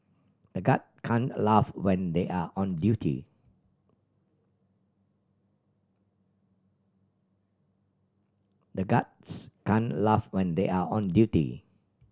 the guard can't laugh when they are on duty the guards can't laugh when they are on duty